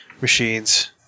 machines